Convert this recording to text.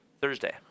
Thursday